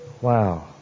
Wow